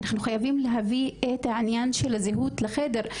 אנחנו חייבים להביא את העניין של הזהות לחדר,